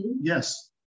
Yes